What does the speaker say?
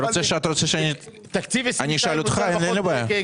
כמה תקציב מיועד ל-23'?